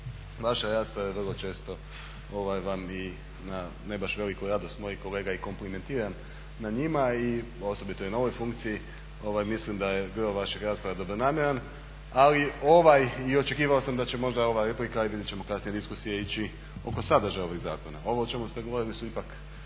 Vaše rasprave vrlo često vam i na ne baš veliku radost mojih kolega i komplimentiram na njima i osobito i na ovoj funkciji mislim da je gro vaših rasprava dobronamjeran. Ali ovaj i očekivao sam da će možda ova replika i vidjet ćemo i kasnije diskusija ići oko sadržaja ovog zakona. Ovo o čemu ste govorili su ipak